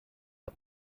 der